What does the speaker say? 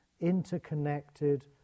interconnected